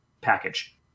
package